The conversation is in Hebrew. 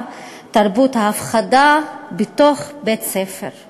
המורה, אלא חוסר הכרה בתחום החינוך כחינוך פוליטי,